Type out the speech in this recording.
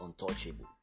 untouchable